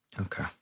Okay